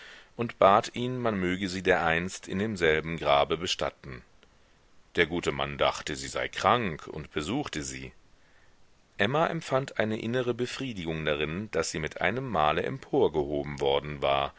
und bat ihn man möge sie dereinst in demselben grabe bestatten der gute mann dachte sie sei krank und besuchte sie emma empfand eine innere befriedigung darin daß sie mit einem male emporgehoben worden war